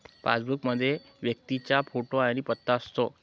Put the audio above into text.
passbook मध्ये व्यक्तीचा photo आणि पत्ता असतो